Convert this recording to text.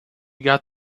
got